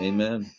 Amen